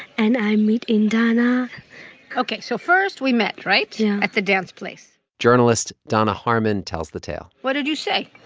and i meet in danna ok. so first, we met right. yeah. at the dance place journalist danna harman tells the tale what did you say?